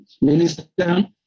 Minister